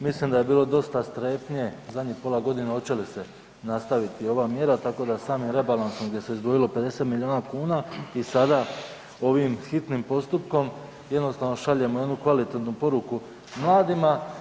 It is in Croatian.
Mislim da je bilo dosta strepnje zadnjih pola godine oće li se nastaviti ova mjera, tako da samim rebalansom gdje se izdvojilo 50 milijuna kuna i sada ovim hitnim postupkom jednostavno šaljemo jednu kvalitetnu poruku mladima.